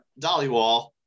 Dollywall